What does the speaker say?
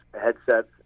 headsets